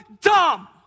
dumb